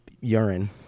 urine